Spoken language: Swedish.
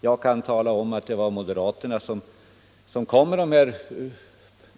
Jag kan tala om, att det var moderaterna som år 1969 kom med förslaget om de här